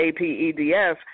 APEDF